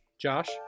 Josh